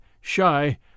shy